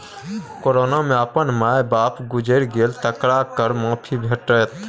corona मे अपन माय बाप गुजैर गेल तकरा कर माफी भेटत